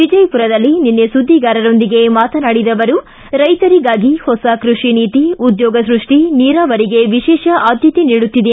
ವಿಜಯಪುರದಲ್ಲಿ ನಿನ್ನೆ ಸುದ್ದಿಗಾರರೊಂದಿಗೆ ಮಾತನಾಡಿದ ಅವರು ರೈತರಿಗಾಗಿ ಹೊಸ ಕೃಷಿ ನೀತಿ ಉದ್ದೋಗ ಸೃಷ್ಟಿ ನೀರಾವರಿಗೆ ವಿಶೇಷ ಆದ್ಯತೆ ನೀಡುತ್ತಿದೆ